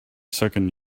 second